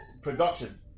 production